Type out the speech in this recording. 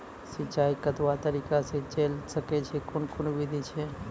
सिंचाई कतवा तरीका सअ के जेल सकैत छी, कून कून विधि ऐछि?